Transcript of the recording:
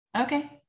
Okay